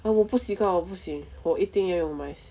oh 我不习惯我不行我一定要用 mice